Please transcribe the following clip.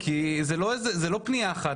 הבריאות שמרכז את כל נושא החיסונים כפרויקט בפני עצמו,